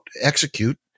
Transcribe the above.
execute